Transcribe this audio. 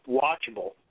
watchable